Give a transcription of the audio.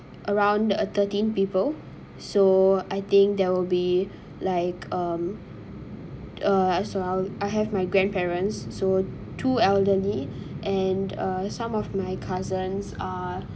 around uh thirteen people so I think there will be like um uh as well I have my grandparents so two elderly and uh some of my cousins are